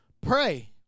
Pray